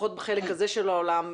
לפחות בחלק הזה של העולם,